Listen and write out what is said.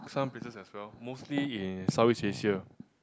some places as well mostly in South East Asia